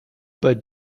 bei